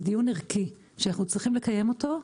זה דיון ערכי שאנחנו צריכים לקיים אותו,